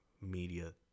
media